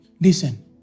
Listen